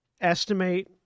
estimate